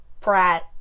brat